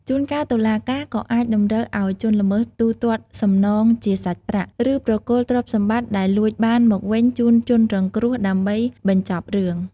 ជួនកាលតុលាការក៏អាចតម្រូវឲ្យជនល្មើសទូទាត់សំណងជាសាច់ប្រាក់ ឬប្រគល់ទ្រព្យសម្បត្តិដែលលួចបានមកវិញជូនជនរងគ្រោះ ដើម្បីបញ្ចប់រឿង។